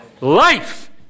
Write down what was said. life